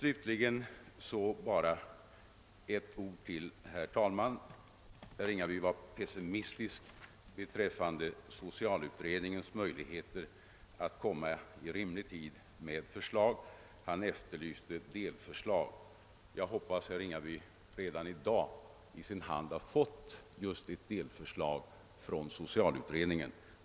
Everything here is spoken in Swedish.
Låt mig, herr talman, till sist säga att herr Ringaby var pessimistisk beträffande socialutredningens möjligheter att i rimlig tid framlägga förslag. Han efterlyste delförslag. Jag hoppas att herr Ringaby redan i dag har fått i sin hand just ett delförslag från socialutredningen.